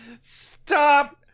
stop